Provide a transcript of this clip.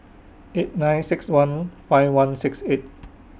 eight nine six one five one six eight